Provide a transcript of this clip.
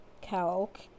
calc